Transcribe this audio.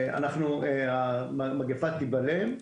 המגיפה תיבלם.